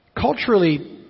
culturally